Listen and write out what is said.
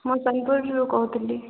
ମୁଁ ସୋନ୍ପୁର୍ରୁ କହୁଥିଲି